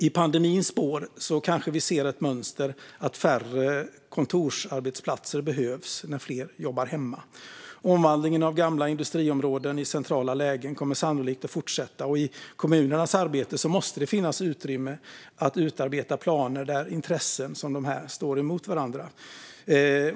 I pandemins spår kanske vi ser mönstret att färre kontorsarbetsplatser behövs, eftersom fler jobbar hemma. Omvandlingen av gamla industriområden i centrala lägen kommer sannolikt att fortsätta, och i kommunernas arbete måste det finnas utrymme för att utarbeta planer där intressen som dessa står emot varandra.